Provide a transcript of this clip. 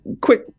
quick